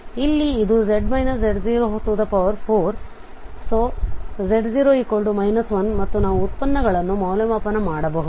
ಆದ್ದರಿಂದ ಇಲ್ಲಿ ಇದು z z04 z0 1 ಮತ್ತು ನಾವು ಉತ್ಪನ್ನಗಳನ್ನು ಮೌಲ್ಯಮಾಪನ ಮಾಡಬಹುದು